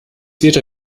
weder